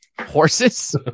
Horses